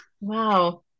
wow